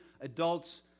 adults